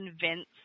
convince